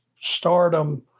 stardom